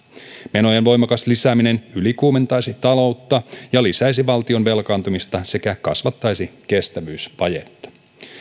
menojen voimakas lisääminen ylikuumentaisi taloutta ja lisäisi valtion velkaantumista sekä kasvattaisi kestävyysvajetta